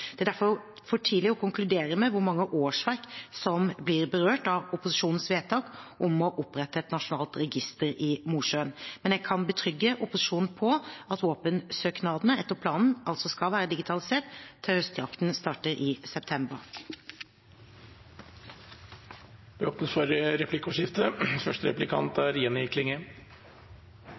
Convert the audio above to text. Det er derfor for tidlig å konkludere med hvor mange årsverk som blir berørt av opposisjonens vedtak om å opprette et nasjonalt register i Mosjøen. Men jeg kan betrygge opposisjonen på at våpensøknadene etter planen skal være digitalisert til høstjakten starter i september. Det blir replikkordskifte.